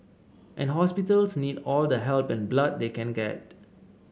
and hospitals need all the help and blood they can get